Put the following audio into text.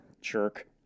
Jerk